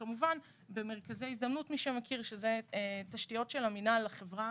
כמובן, במרכזי הזדמנות, שזה תשתיות של המנהל החברה